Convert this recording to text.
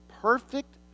perfect